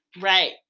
Right